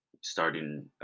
starting